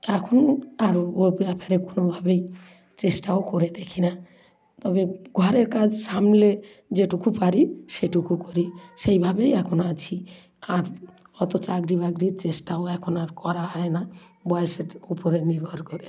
এখন আরও ও ব্যাপারে কোনোভাবেই চেষ্টাও করে দেখি না তবে ঘরের কাজ সামলে যেটুকু পারি সেটুকু করি সেইভাবেই এখন আছি আর অতো চাকরি বাকরির চেষ্টাও এখন আর করা হয় না বয়েসের উপরে নির্ভর করে